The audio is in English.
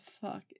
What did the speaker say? fuck